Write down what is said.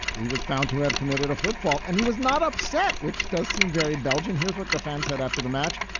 he was found to have committed a footfall and he was not upset, which does seem very belgian. here's what defense had after the match.